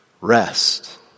rest